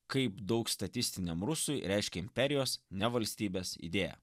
kaip daug statistiniam rusui reiškė imperijos ne valstybės idėja